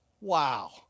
Wow